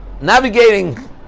Navigating